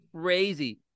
crazy